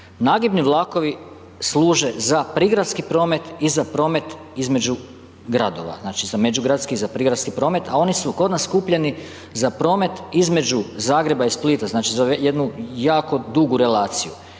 Nagibni vlakovi služe za prigradski promet i za promet između gradova. Znači za međugradski i za prigradski promet a oni su kod nas kupljeni za promet između Zagreba i Splita, znači za jednu jako dugu relaciju